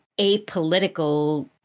apolitical